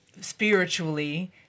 Spiritually